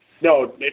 No